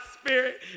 spirit